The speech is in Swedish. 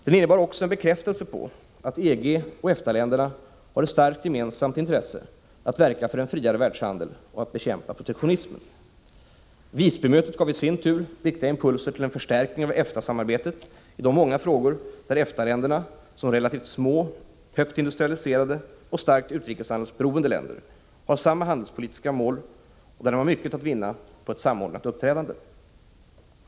Den innebar också en bekräftelse på att EG och EFTA-länderna har ett starkt gemensamt intresse av att verka för en friare världshandel och att bekämpa protektionismen. Visbymötet gav i sin tur viktiga impulser till en förstärkning av EFTA samarbetet i de många frågor där EFTA-länderna som relativt små, högt industrialiserade och starkt utrikeshandelsberoende länder har samma handelspolitiska mål och där de har mycket att vinna på ett samordnat uppträdande.